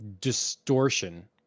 distortion